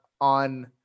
on